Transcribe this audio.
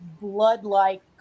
blood-like